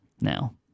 now